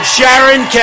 Sharon